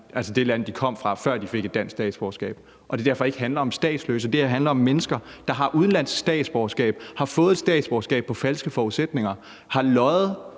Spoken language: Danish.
altså det land, de kom fra, før de fik et dansk statsborgerskab, og at det derfor ikke handler om statsløse. Det her handler om mennesker, der har udenlandsk statsborgerskab og har fået dansk statsborgerskab på falske forudsætninger, som nærmest